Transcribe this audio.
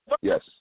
Yes